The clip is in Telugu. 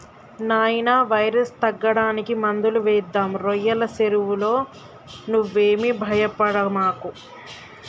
నాయినా వైరస్ తగ్గడానికి మందులు వేద్దాం రోయ్యల సెరువులో నువ్వేమీ భయపడమాకు